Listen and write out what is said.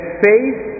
faith